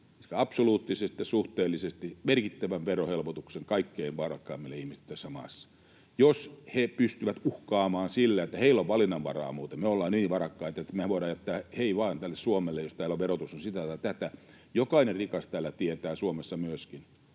että suhteellisesti merkittävän verohelpotuksen kaikkein varakkaimmille ihmisille tässä maassa, jos he pystyvät uhkaamaan sillä, että heillä muuten on valinnanvaraa: ”me ollaan niin varakkaita, että mehän voidaan jättää ’hei vain’ tälle Suomelle, jos täällä verotus on sitä tai tätä”. Jokainen rikas täällä tietää, Suomessa myöskin: